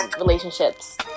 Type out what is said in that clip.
relationships